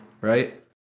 right